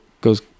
goes